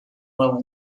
nuevo